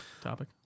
topic